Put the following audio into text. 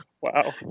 wow